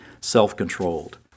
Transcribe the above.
self-controlled